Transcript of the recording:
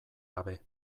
gabe